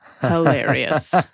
Hilarious